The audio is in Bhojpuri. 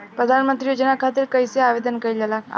प्रधानमंत्री योजना खातिर कइसे आवेदन कइल जाला?